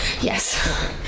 Yes